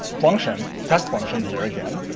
function, test function here again.